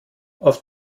auf